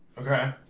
Okay